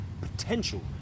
potential